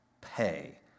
Pay